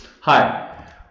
Hi